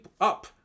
up